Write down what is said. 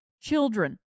children